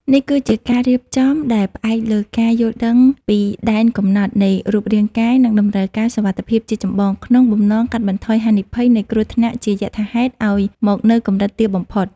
នេះគឺជាការរៀបចំដែលផ្អែកលើការយល់ដឹងពីដែនកំណត់នៃរូបរាងកាយ និងតម្រូវការសុវត្ថិភាពជាចម្បង ក្នុងបំណងកាត់បន្ថយហានិភ័យនៃគ្រោះថ្នាក់ជាយថាហេតុឱ្យមកនៅកម្រិតទាបបំផុត។